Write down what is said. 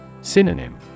Synonym